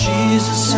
Jesus